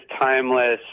timeless